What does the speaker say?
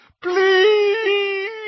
please